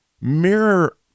mirror